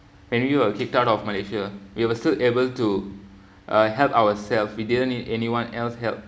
when we were kicked out of malaysia we were still able to uh help ourself we didn't need anyone else's help